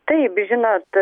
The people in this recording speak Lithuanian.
taip žinot